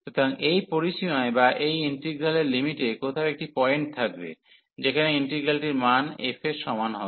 সুতরাং এই পরিসীমায় বা এই ইন্টিগ্রালের লিমিটে কোথাও একটি পয়েন্ট থাকবে যেখানে ইন্টিগ্রালটির মান f এর সমান হবে